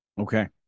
Okay